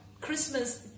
Christmas